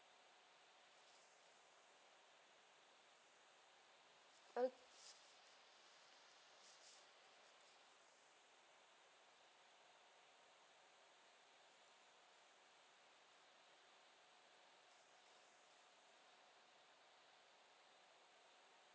oh